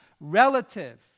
Relative